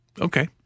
okay